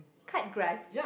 cut grass